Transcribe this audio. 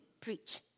preach